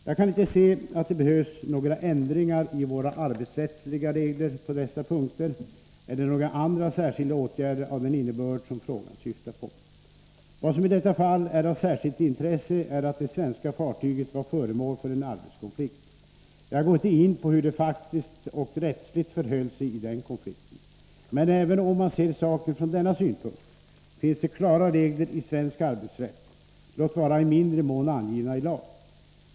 Jag kan inte se att det behövs några ändringar i våra arbetsrättsliga regler på dessa punkter eller några andra särskilda åtgärder av den innebörd som frågan syftar på. Vad som i detta fall är av särskilt intresse är att det svenska fartyget var föremål för en arbetskonflikt. Jag går inte in på hur det faktiskt och rättsligt förhöll sig i den konflikten. Men även om man ser saken från denna synpunkt finns det klara regler i svensk arbetsrätt, låt vara i mindre mån angivna i lag.